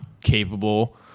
capable